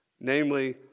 Namely